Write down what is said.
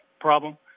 problem